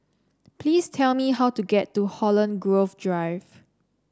please tell me how to get to Holland Grove Drive